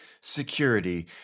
security